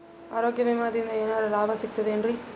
ಆರೋಗ್ಯ ವಿಮಾದಿಂದ ಏನರ್ ಲಾಭ ಸಿಗತದೇನ್ರಿ?